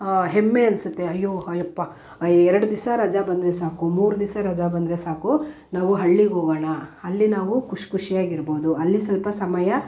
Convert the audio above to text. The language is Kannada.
ಹೆಮ್ಮೆ ಅನ್ನಿಸುತ್ತೆ ಅಯ್ಯೋ ಆ ಯಪ್ಪಾ ಎರಡು ದಿವಸ ರಜಾ ಬಂದರೆ ಸಾಕು ಮೂರು ದಿವಸ ರಜಾ ಬಂದರೆ ಸಾಕು ನಾವು ಹಳ್ಳಿಗೆ ಹೋಗೋಣ ಅಲ್ಲಿ ನಾವು ಖುಷಿ ಖುಷಿಯಾಗಿ ಇರ್ಬೋದು ಅಲ್ಲಿ ಸ್ವಲ್ಪ ಸಮಯ